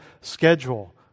schedule